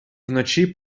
вночі